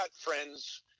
friends